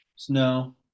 Snow